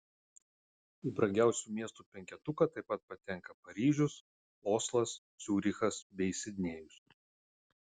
į brangiausių miestų penketuką taip pat patenka paryžius oslas ciurichas bei sidnėjus